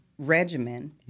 Regimen